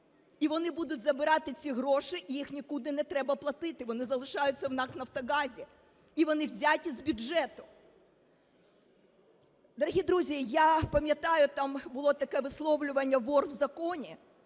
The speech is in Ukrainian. І вони будуть забирати ці гроші і їх нікуди не треба платити, вони залишаються в НАК "Нафтогазі", і вони взяті з бюджету. Дорогі друзі, я пам'ятаю, там було таке висловлювання "вор в законе",